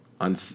on